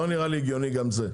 לא נראה לי הגיוני גם זה.